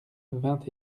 vingt